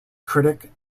critic